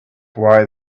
why